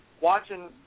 watching